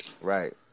Right